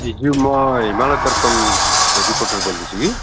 ज्यू म हिमालय दर्पणको रिपोर्टर बोल्दैछु कि